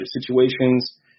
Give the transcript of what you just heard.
situations